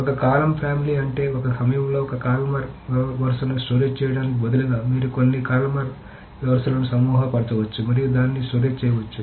ఒక column family అంటే ఒక సమయంలో ఒక కాలుమనార్ వరుసను స్టోరేజ్ చేయడానికి బదులుగా మీరు కొన్ని కాలుమనార్ వరుసలను సమూహపరచవచ్చు మరియు దానిని స్టోరేజ్ చేయవచ్చు